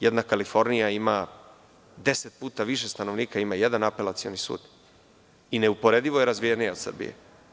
Jedna Kalifornija ima deset puta više stanovnika i ima jedan apelacioni sud i neuporedivo je razvijenija od Srbije.